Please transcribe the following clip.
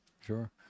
sure